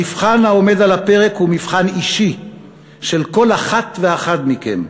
המבחן העומד על הפרק הוא מבחן אישי של כל אחת ואחד מכם,